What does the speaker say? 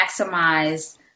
maximize